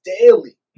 daily